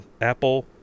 Apple